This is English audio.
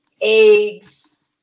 eggs